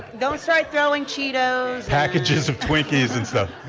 don't start throwing cheetos packages of twinkies and stuff